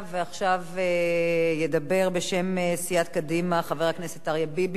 עכשיו, ידבר בשם סיעת קדימה חבר הכנסת אריה ביבי,